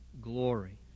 glory